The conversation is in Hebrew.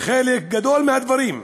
בחלק גדול מהדברים.